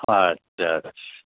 আচ্ছা আচ্ছা